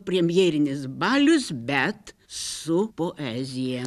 premjerinis balius bet su poezija